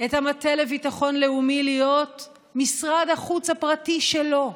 את המטה לביטחון לאומי להיות משרד החוץ הפרטי שלו,